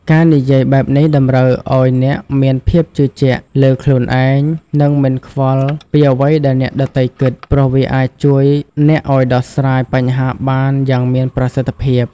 ការនិយាយបែបនេះតម្រូវឱ្យអ្នកមានភាពជឿជាក់លើខ្លួនឯងនិងមិនខ្វល់ពីអ្វីដែលអ្នកដទៃគិត ព្រោះវាអាចជួយអ្នកឱ្យដោះស្រាយបញ្ហាបានយ៉ាងមានប្រសិទ្ធភាព។